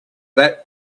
that